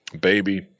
Baby